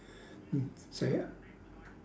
and say uh